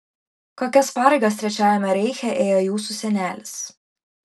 kokias pareigas trečiajame reiche ėjo jūsų senelis